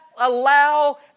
allow